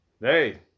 Hey